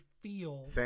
feel